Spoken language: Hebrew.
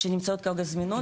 שנמצאות כרגע זמינות.